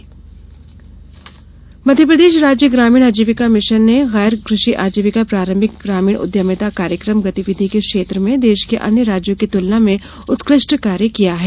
पुरस्कार मध्यप्रदेश राज्य ग्रामीण आजीविका मिशन मिशन ने गैर कृषि आजीविका प्रारंभिक ग्रामीण उद्यमिता कार्यक्रम ् गतिविधि के क्षेत्र में देश के अन्य राज्यों की तुलना में उत्कृष्ट कार्य किया है